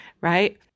right